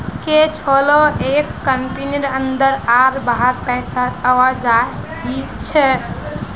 cash flow एक कंपनीर अंदर आर बाहर पैसार आवाजाही छे